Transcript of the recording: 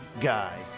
Guy